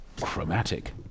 chromatic